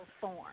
form